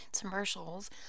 commercials